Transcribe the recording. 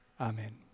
Amen